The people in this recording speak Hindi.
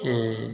यह